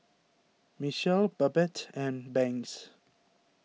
Michele Babette and Banks